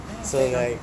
eh fair enough